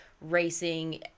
racing